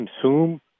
consume